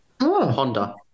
Honda